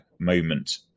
moment